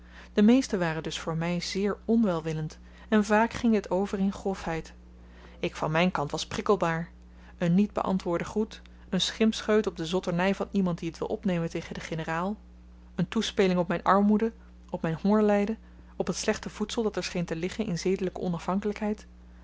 de meesten waren dus voor my zeer on welwillend en vaak ging dit over in grofheid ik van myn kant was prikkelbaar een niet beantwoorde groet een schimpscheut op de zotterny van iemand die t wil opnemen tegen den generaal een toespeling op myn armoede op myn hongerlyden op t slechte voedsel dat er scheen te liggen in zedelyke onafhankelykheid